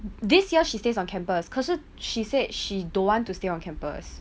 this year she stays on campus 可是 she said she don't want to stay on campus